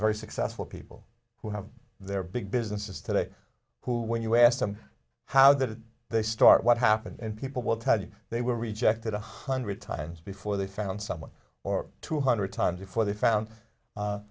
very successful people who have their big businesses today who when you ask them how did they start what happened and people will tell you they were rejected one hundred times before they found someone or two hundred times before they found